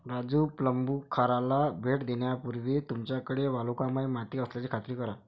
राजू प्लंबूखाराला भेट देण्यापूर्वी तुमच्याकडे वालुकामय माती असल्याची खात्री करा